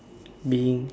being